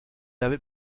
avait